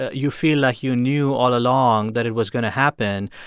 ah you feel like you knew all along that it was going to happen.